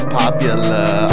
popular